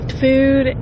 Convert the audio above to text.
food